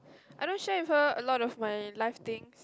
I don't share with her a lot of my life things